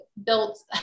built